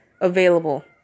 available